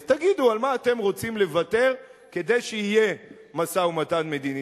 אז תגידו על מה אתם רוצים לוותר כדי שיהיה משא-ומתן מדיני.